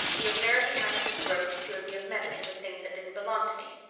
the affair of the amethyst brooch cured me of meddling with things that didn't belong to me.